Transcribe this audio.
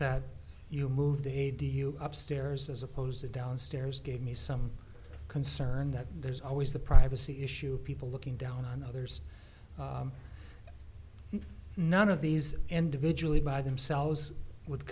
that you move the ada you upstairs as opposed to downstairs gave me some concern that there's always the privacy issue people looking down on others none of these individually by themselves would